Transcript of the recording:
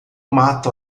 mato